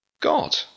God